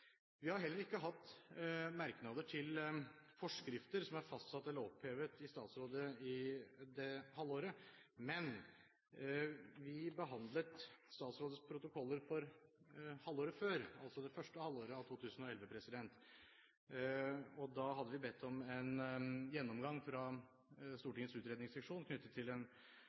Vi har heller ikke hatt merknader til forskrifter som er fastsatt eller opphevet i statsråd i det halvåret – men vi behandlet statsrådets protokoller for halvåret før, altså det første halvåret av 2011. Da hadde vi bedt om en gjennomgang fra Stortingets utredningsseksjon, knyttet til